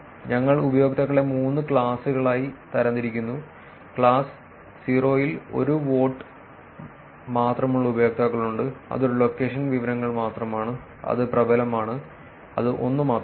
ഞങ്ങൾ ഉപയോക്താക്കളെ മൂന്ന് ക്ലാസുകളായി തരംതിരിക്കുന്നു ക്ലാസ് 0 ൽ ഒരു വോട്ട് മാത്രമുള്ള ഉപയോക്താക്കളുണ്ട് അത് ഒരു ലൊക്കേഷൻ വിവരങ്ങൾ മാത്രമാണ് അത് പ്രബലമാണ് അത് ഒന്ന് മാത്രമാണ്